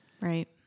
Right